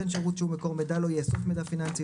שירות שהוא מקור מידע לא יאסוף מידע פיננסי,